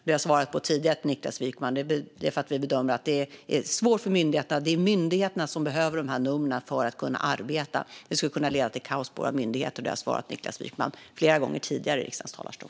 Det beror på att vi bedömer att det blir svårt för myndigheterna. Det är myndigheterna som behöver numren för att kunna arbeta, och att stryka alla skulle kunna leda till kaos på våra myndigheter. Det har jag svarat Niklas Wykman flera gånger tidigare i riksdagens talarstol.